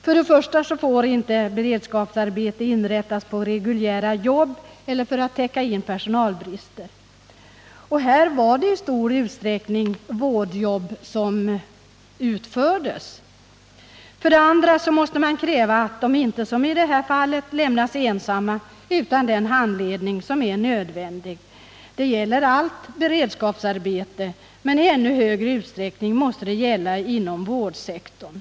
För det första får beredskapsarbeten inte inrättas på reguljära jobb eller för att täcka personalbrist. I de här aktuella fallet var det i stor utsträckning ett vårdjobb som utfördes. För det andra måste man kräva att de som har beredskapsarbeten inte — såsom skedde i det här fallet — lämnas utan den nödvändiga handledningen. Det gäller allt beredskapsarbete, men det är allra viktigast inom vårdsektorn.